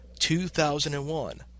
2001